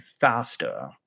faster